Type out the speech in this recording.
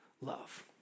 love